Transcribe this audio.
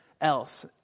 else